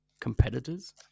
Competitors